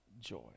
joy